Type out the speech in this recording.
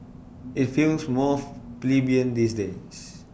IT feels more plebeian these days